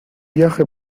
viaje